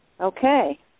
Okay